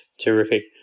Terrific